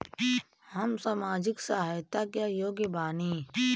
हम सामाजिक सहायता के योग्य बानी?